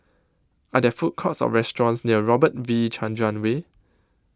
Are There Food Courts Or restaurants near Robert V Chandran Way